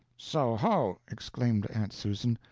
so ho! exclaimed aunt susan,